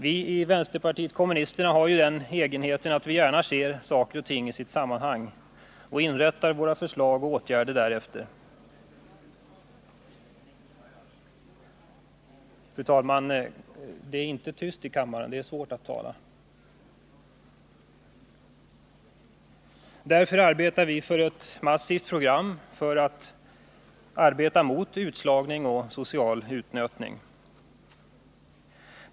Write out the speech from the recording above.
Vi i vänsterpartiet kommunisterna har den egenheten att vi gärna ser saker och ting i sitt sammanhang och inrättar våra förslag och åtgärder därefter. Därför arbetar vi för ett massivt program mot utslagning och social utstötning.